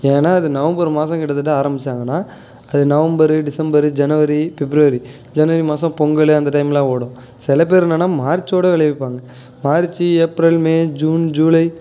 ஏன்னால் அது நவம்பர் மாதம் கிட்டத்தட்ட ஆரமித்தாங்கன்னா அது November December January February January மாதம் பொங்கல் அந்த டைமில் ஓடும் சில பேர் என்னன்னால் மார்ச்சோடு விளைவிப்பாங்க March April May June July